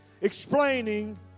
explaining